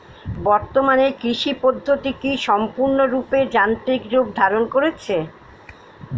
বর্তমানে কৃষি পদ্ধতি কি সম্পূর্ণরূপে যান্ত্রিক রূপ ধারণ করেছে?